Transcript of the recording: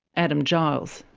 adam giles.